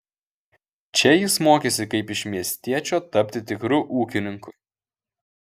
čia jis mokėsi kaip iš miestiečio tapti tikru ūkininku